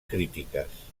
crítiques